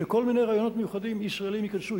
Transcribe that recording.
שכל מיני רעיונות מיוחדים ישראליים ייכנסו.